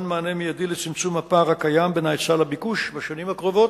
מענה מיידי לצמצום הפער הקיים בין ההיצע לביקוש בשנים הקרובות,